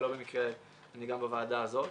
ולא במקרה אני בוועדה הזאת.